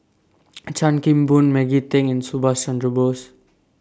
Chan Kim Boon Maggie Teng and Subhas Chandra Bose